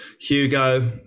Hugo